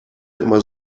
immer